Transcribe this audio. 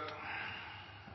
Det